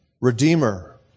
Redeemer